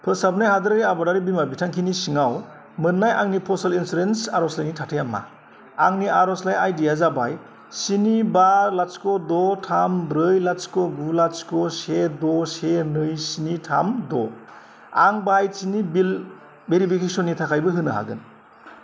फोसाबनाय हादोरारि आबादारि बीमा बिथांखिनि सिङाव मोननाय आंनि फसल इन्सुरेन्स आर'जलाइनि थाथाया मा आंनि आर'जलाइ आइडिया जाबाय स्नि बा लाथिख' द' थाम ब्रै लाथिख' गु लाथिख' से द' से नै स्नि थाम द' आं बाहायथिनि बिल भेरिफिकेसननि थाखायबो होनो हागोन